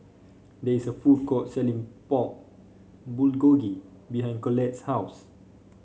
there is a food court selling Pork Bulgogi behind Collette's house